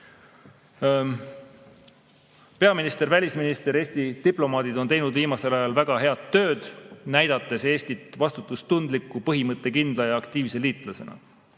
Peaminister, välisminister, Eesti diplomaadid on teinud viimasel ajal väga head tööd, näidates Eestit vastutustundliku, põhimõttekindla ja aktiivse liitlasena.